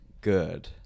good